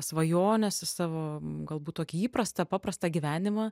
svajones savo galbūt tokį įprastą paprastą gyvenimą